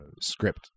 script